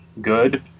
good